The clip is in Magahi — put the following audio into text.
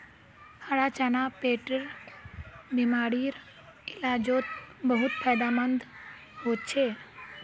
हरा चना पेटेर बिमारीर इलाजोत बहुत फायदामंद होचे